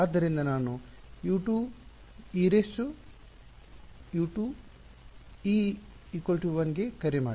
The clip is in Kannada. ಆದ್ದರಿಂದ ನಾನು U2e1 ಗೆ ಕರೆ ಮಾಡಿದೆ